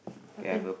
what happen